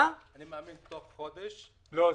מאמין שתוך חודש, לפי הנוהל הזה.